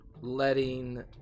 letting